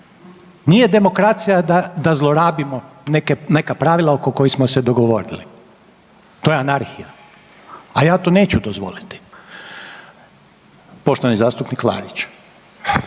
Nije demokracija da zlorabimo neka pravila oko kojih smo se dogovorili. To je anarhija, a ja to neću dozvoliti. Poštovani zastupnik Klarić.